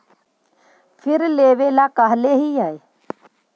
फिर लेवेला कहले हियै?